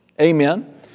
Amen